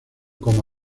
como